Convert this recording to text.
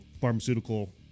pharmaceutical